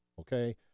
okay